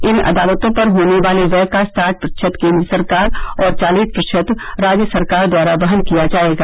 इन अदालतों पर होने वाले व्यय का साठ प्रतिशत केंद्र सरकार और चालीस प्रतिशत राज्य सरकार द्वारा वहन किया जाएगा